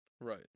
Right